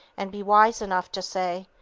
and be wise enough to say,